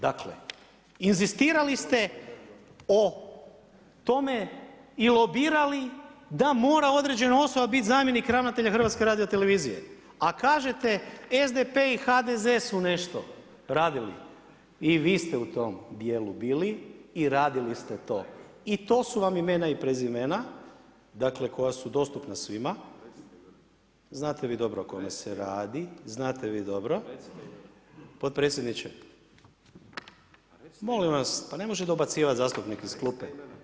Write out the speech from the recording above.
Dakle, inzistirali ste o tome i lobirali da mora određena osoba biti zamjenik ravnatelja HRT-a a kažete SDP i HDZ su nešto radili, i vi ste u tom djelu bili i radili ste to i to su vam imena i prezimena koja su dostupna svima, znate vi dobro o kome se radi, znate vi dobro… … [[Upadica sa strane, ne razumije se.]] Potpredsjedniče, molim vas, pa ne može dobacivati zastupnik iz klupe.